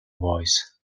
voice